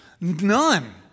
None